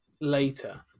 later